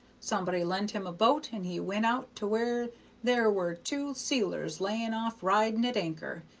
somebody lent him a boat, and he went out to where there were two sealers laying off riding at anchor,